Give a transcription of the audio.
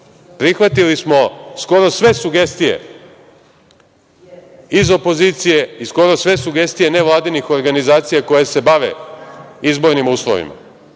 prihvatili smo skoro sve sugestije iz opozicije i skoro sve sugestije nevladinih organizacija koje se bave izbornim uslovima. Doneli